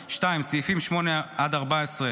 2024, מ/1822,